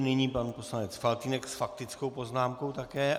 Nyní pan poslanec Faltýnek s faktickou poznámkou také.